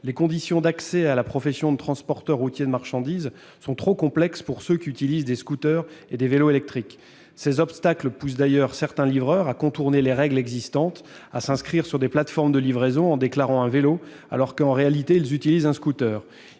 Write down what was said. les conditions d'accès à la profession de transporteur routier de marchandises sont trop complexes pour ceux qui utilisent des scooters et des vélos électriques. Ces obstacles poussent d'ailleurs certains livreurs à contourner les règles existantes et à s'inscrire sur les plateformes de livraison en déclarant un vélo, alors qu'en réalité ils utilisent un scooter.